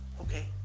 okay